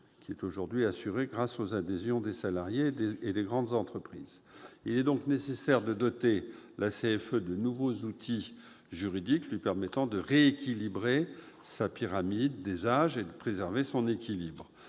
qui est aujourd'hui assuré grâce aux adhésions des salariés et des grandes entreprises. Il est donc nécessaire de doter la CFE de nouveaux outils juridiques lui permettant de rééquilibrer sa pyramide des âges et de préserver son équilibre.